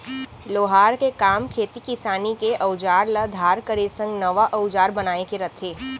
लोहार के काम खेती किसानी के अउजार ल धार करे संग नवा अउजार बनाए के रथे